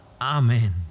Amen